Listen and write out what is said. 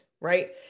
right